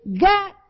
got